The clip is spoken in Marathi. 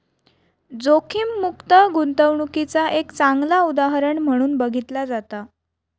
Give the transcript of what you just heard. जोखीममुक्त गुंतवणूकीचा एक चांगला उदाहरण म्हणून बघितला जाता